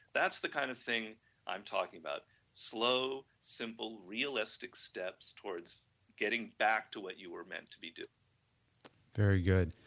that's the kind of thing i am talking about slow, simple, realistic steps towards getting back to what you were meant to be do very good.